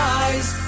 eyes